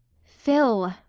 phil,